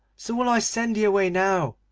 so will i send thee away now,